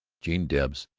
gene debs,